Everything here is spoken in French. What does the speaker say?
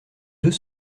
deux